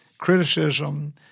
Criticism